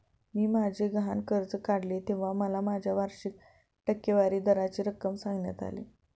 मी माझे गहाण कर्ज काढले तेव्हा मला माझ्या वार्षिक टक्केवारी दराची रक्कम सांगण्यात आली